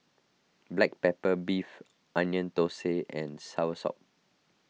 Black Pepper Beef Onion Thosai and Soursop